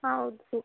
ಹಾಂ ಹೌದು